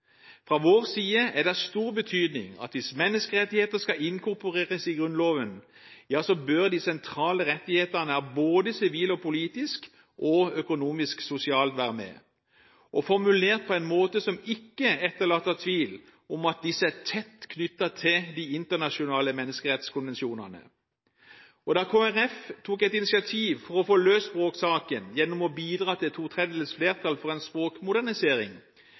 Fra vår side er det av stor betydning at hvis menneskerettigheter skal inkorporeres i Grunnloven, bør de sentrale rettighetene av både sivil, politisk og økonomisk-sosial art være med – og formulert på en måte som ikke etterlater tvil om at disse er tett knyttet til de internasjonale menneskerettskonvensjonene. Da Kristelig Folkeparti tok et initiativ til å få løst språksaken gjennom å bidra til to tredjedels flertall for en språkmodernisering,